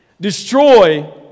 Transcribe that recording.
destroy